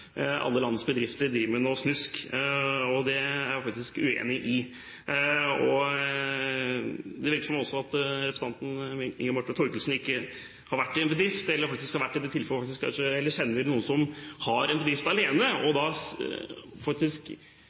alle landets bedrifter driver med snusk. Det er jeg faktisk uenig i. Det virker også som om representanten Inga Marte Thorkildsen faktisk ikke har vært i en bedrift eller kjenner noen som har en bedrift alene, for da må faktisk